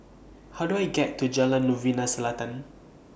How Do I get to Jalan Novena Selatan